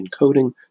encoding